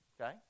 okay